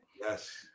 Yes